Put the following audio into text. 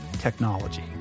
technology